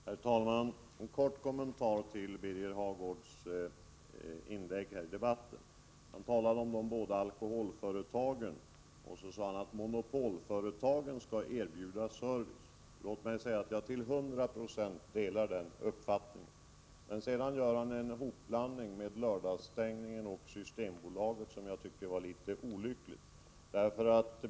Herr talman! En kort kommentar till Birger Hagårds inlägg i debatten! Han talade om de båda alkoholföretagen och menade att dessa monopolföretag skall erbjuda service. Låt mig säga att jag till hundra procent delar den uppfattningen. Men så gjorde han en hopblandning i fråga om lördagsstäng ningen och Systembolaget som jag tycker var litet olycklig.